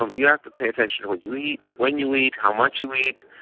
um you have to pay attention to what you eat, when you eat, how much you eat,